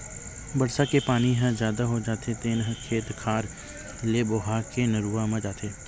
बरसा के पानी ह जादा हो जाथे तेन ह खेत खार ले बोहा के नरूवा म जाथे